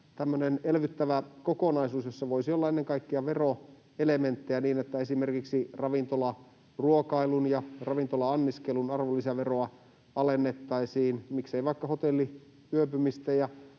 elvyttävä kokonaisuus, jossa voisi olla ennen kaikkea veroelementtejä niin, että esimerkiksi ravintolaruokailun ja ravintola-anniskelun arvonlisäveroa, miksei myös vaikka hotelliyöpymisten